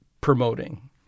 promoting